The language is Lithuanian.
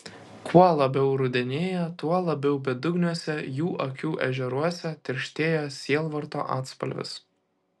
kuo labiau rudenėja tuo labiau bedugniuose jų akių ežeruose tirštėja sielvarto atspalvis